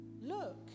look